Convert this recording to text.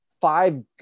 five